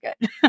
good